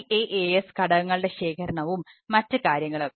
IaaS ഘടകങ്ങളുടെ ശേഖരണവും മറ്റ് കാര്യങ്ങളും